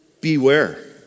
beware